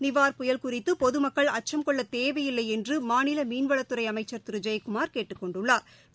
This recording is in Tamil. நிவார் புயல் குறித்து பொதுமக்கள் அச்சம் கொள்ளத் தேவையில்லை மாநில மீன்வளத்துறை அமைச்சா் திரு ஜெயக்குமாா் கேட்டுக் கொண்டுள்ளாா்